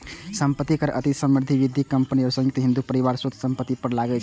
संपत्ति कर अति समृद्ध व्यक्ति, कंपनी आ संयुक्त हिंदू परिवार के शुद्ध संपत्ति पर लागै छै